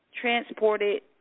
transported